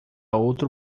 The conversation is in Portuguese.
outro